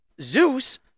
Zeus